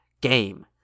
game